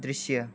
दृश्य